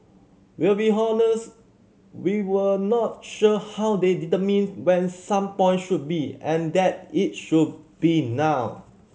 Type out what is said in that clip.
we'll be honest we were not sure how they determined when some point should be and that it should be now